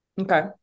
Okay